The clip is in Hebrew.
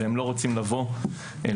והם לא רוצים לבוא לחינוך.